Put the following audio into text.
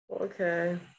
Okay